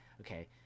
okay